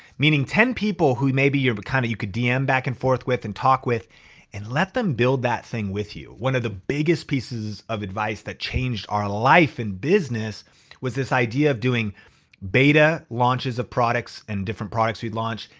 meaning ten people who may be you but kind of you could dm back and forth with and talk with and let them build that thing with you. one of the biggest pieces of advice that changed our life in business was this idea of doing beta launches of products and different products we'd launch,